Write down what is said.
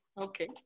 Okay